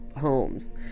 homes